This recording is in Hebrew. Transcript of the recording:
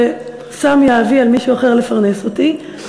ושם יהבי על מישהו אחר לפרנס אותי,